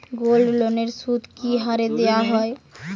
গোল্ডলোনের সুদ কি হারে দেওয়া হয়?